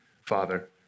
Father